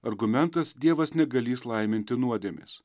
argumentas dievas negalįs laiminti nuodėmės